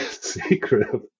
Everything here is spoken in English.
secret